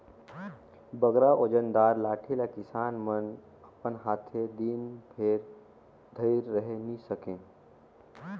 बगरा ओजन दार लाठी ल किसान मन अपन हाथे दिन भेर धइर रहें नी सके